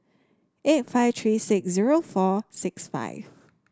eight five three six zero four six five